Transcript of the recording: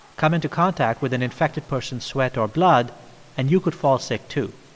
come into contact with an infected person's sweat or blood and you could fall sick, too.